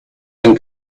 and